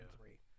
three